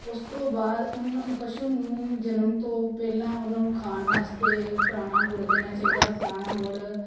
ਉਸ ਤੋਂ ਬਾਅਦ ਉਹਨੂੰ ਪਸ਼ੂ ਨੂੰ ਜਨਮ ਤੋਂ ਪਹਿਲਾਂ ਉਹਨਾਂ ਨੂੰ ਖਾਣ ਵਾਸਤੇ ਪੁਰਾਣਾ ਗੁੜ ਦੇਣਾ ਚਾਹੀਦਾ ਹੈ ਪੁਰਾਣਾ ਗੁੜ